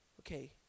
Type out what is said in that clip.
Okay